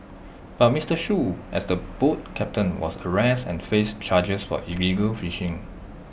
but Mister Shoo as the boat captain was arrested and faced charges for illegal fishing